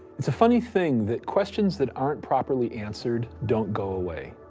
it's a funny thing that questions that aren't properly answered don't go away.